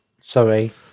Sorry